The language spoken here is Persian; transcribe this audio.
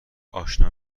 آشنا